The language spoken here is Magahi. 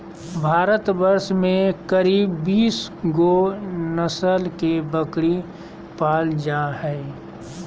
भारतवर्ष में करीब बीस गो नस्ल के बकरी पाल जा हइ